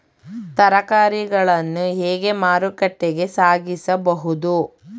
ತರಕಾರಿಗಳನ್ನು ಹೇಗೆ ಮಾರುಕಟ್ಟೆಗೆ ಸಾಗಿಸಬಹುದು?